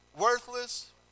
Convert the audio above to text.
worthless